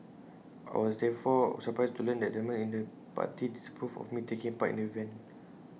I was therefore surprised to learn that elements in the party disapproved of me taking part in the event